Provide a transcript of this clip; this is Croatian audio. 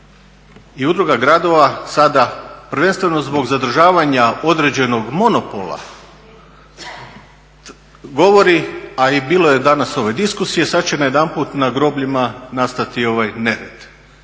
I udruga gradova sada prvenstveno zbog zadržavanja određenog monopola govori a i bilo je danas diskusije sad će najedanput na grobljima nastati nered.